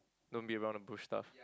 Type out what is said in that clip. don't beat around the bush stuff